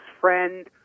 friend